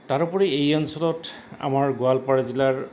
তাৰোপৰি এই অঞ্চলত আমাৰ গোৱালপাৰা জিলাৰ